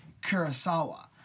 Kurosawa